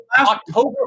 October